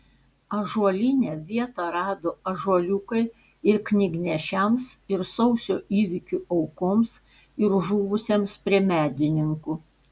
ąžuolyne vietą rado ąžuoliukai ir knygnešiams ir sausio įvykių aukoms ir žuvusiems prie medininkų